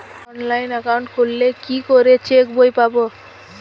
Online account খুললে কি করে চেক বই পাব?